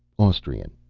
austrian.